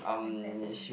I